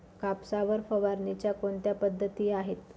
कापसावर फवारणीच्या कोणत्या पद्धती आहेत?